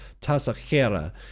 Tasajera